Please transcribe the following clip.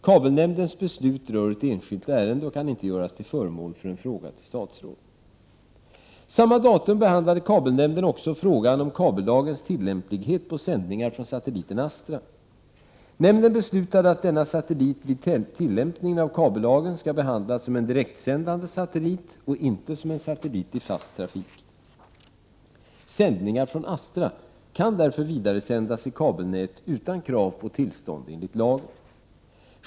Kabelnämndens beslut rör ett enskilt ärende och kan inte göras till föremål för en fråga till ett statsråd. Samma datum behandlade kabelnämnden också frågan om kabellagens tillämplighet på sändningar från satelliten Astra. Nämnden beslutade att 53 denna satellit vid tillämpningen av kabellagen skall behandlas som en direktsändande satellit och inte som en satellit i fast trafik. Sändningar från Astra kan därför vidaresändas i kabelnät utan krav på tillstånd enligt lagen.